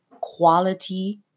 quality